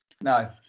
No